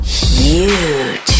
huge